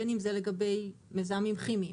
בין אם זה לגבי מזהמים כימיים,